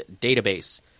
database